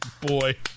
boy